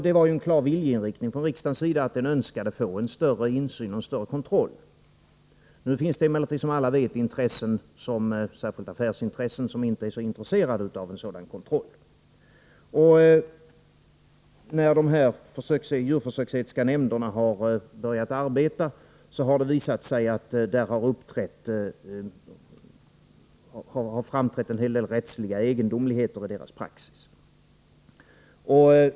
Det var en klar viljeinriktning från riksdagens sida att den önskade få till stånd en större insyn och en större kontroll. Nu finns det, som alla vet, intressen — särskilt affärsintressen — som inte är så trakterade av en sådan kontroll. När dessa djurförsöksetiska nämnder börjat arbeta har det framträtt en hel del rättsliga egendomligheter i deras praxis.